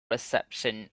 reception